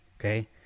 Okay